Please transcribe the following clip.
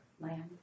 Land